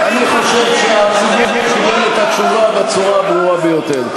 אני חושב שהציבור קיבל את התשובה בצורה הברורה ביותר.